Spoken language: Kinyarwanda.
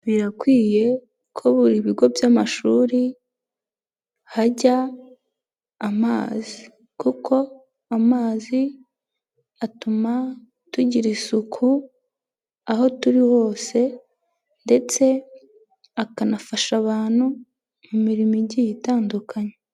Birakwiye ko buri bigo by'amashuri hajya amazi, kuko amazi atuma tugira isuku, aho turi hose, ndetse akanafasha abantu mu mirimo igiye itandukanye.